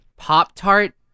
Pop-Tart